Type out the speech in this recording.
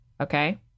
okay